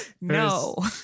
No